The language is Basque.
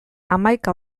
hamaika